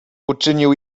uczynił